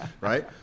right